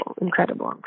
incredible